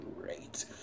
great